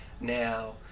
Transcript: now